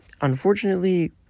Unfortunately